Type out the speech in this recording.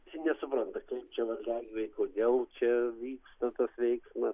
jie nesupranta kaip čia varliagyviai kodėl čia vyksta tas veiksmas